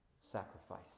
sacrifice